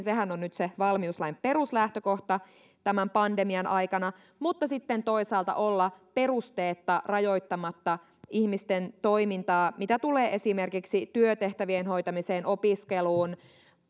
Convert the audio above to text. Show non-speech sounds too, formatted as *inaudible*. *unintelligible* sehän on nyt se valmiuslain peruslähtökohta tämän pandemian aikana mutta sitten toisaalta pitää olla perusteetta rajoittamatta ihmisten toimintaa mitä tulee esimerkiksi työtehtävien hoitamiseen opiskeluun